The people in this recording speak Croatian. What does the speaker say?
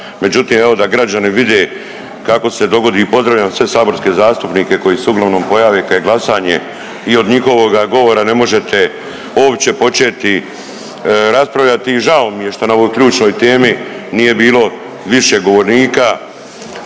Međutim, evo da građani vide kako se dogodi i pozdravljam sve saborske zastupnike koji se uglavnom pojave kad je glasanje i od njihovoga govora ne možete uopće početi raspravljati. I žao mi je što na ovoj ključnoj temi nije bilo više govornika.